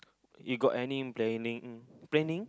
you got any planning planning